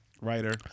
Writer